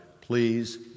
Please